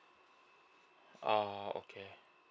oh okay